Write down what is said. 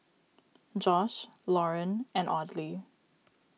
Josh Lauryn and Audley